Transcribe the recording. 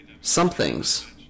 Somethings